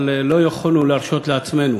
אבל לא יכולנו להרשות לעצמנו